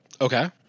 Okay